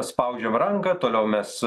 spaudžiam ranką toliau mes